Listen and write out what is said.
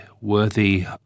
worthy